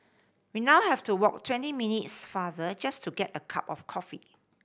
we now have to walk twenty minutes farther just to get a cup of coffee